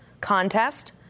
contest